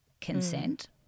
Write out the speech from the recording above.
consent